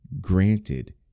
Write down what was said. granted